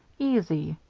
easy.